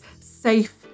safe